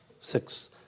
Six